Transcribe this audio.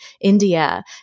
India